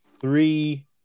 three